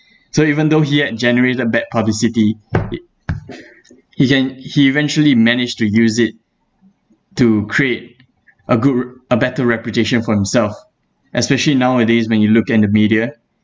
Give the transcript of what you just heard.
so even though he had generated bad publicity it he can he eventually managed to use it to create a good r~ better reputation for himself especially nowadays when you look at the media